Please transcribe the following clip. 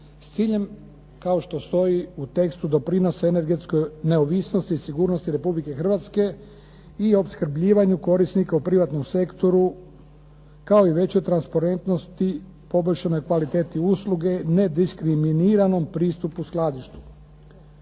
s ciljem, kao što stoji u tekstu, doprinose energetskoj neovisnosti i sigurnosti Republike Hrvatske i opskrbljivanju korisnika u privatnom sektoru, kao i veće transparentnosti, poboljšanoj kvaliteti usluge, nediskriminiranom pristupu skladištu.